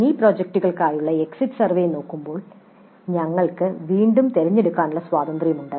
mini പ്രോജക്റ്റുകൾക്കായുള്ള exit survey നോക്കുമ്പോൾ ഞങ്ങൾക്ക് വീണ്ടും തെരഞ്ഞെടുക്കാനുള്ള സ്വാതന്ത്യ്രം ഉണ്ട്